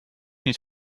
niet